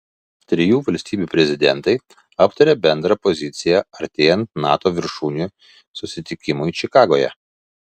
trijų valstybių prezidentai aptarė bendrą poziciją artėjant nato viršūnių susitikimui čikagoje